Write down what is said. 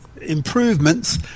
improvements